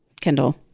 Kindle